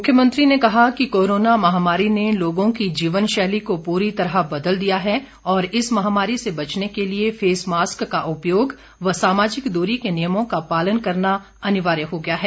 मुख्यमंत्री ने कहा कि कोरोना महामारी ने लोगों की जीवनशैली को पुरी तरह बदल दिया है और इस महामारी से बचने के लिए फेसमास्क का उपयोग व सामाजिक दूरी के नियमों का पालन करना अनिवार्य हो गया है